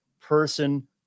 person